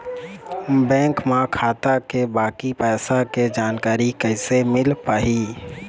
Bank म खाता के बाकी पैसा के जानकारी कैसे मिल पाही?